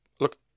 Look